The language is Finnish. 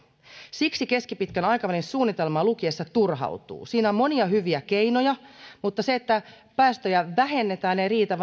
siksi keskipitkän aikavälin suunnitelmaa lukiessa turhautuu siinä on monia hyviä keinoja mutta se että päästöjä vähennetään ei riitä